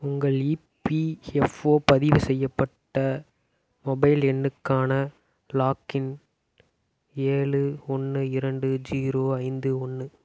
உங்கள் இபிஎஃப்ஓ பதிவு செய்யப்பட்ட மொபைல் எண்ணுக்கான லாக்இன் ஏழு ஒன்று இரண்டு ஜீரோ ஐந்து ஒன்று